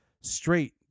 straight